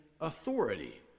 authority